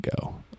go